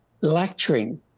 lecturing